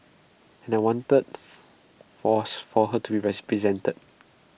and I wanted was for her to be represented